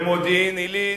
במודיעין-עילית,